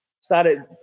started